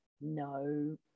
no